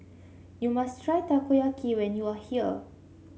you must try Takoyaki when you are here